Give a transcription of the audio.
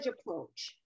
approach